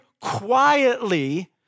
quietly